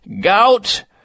gout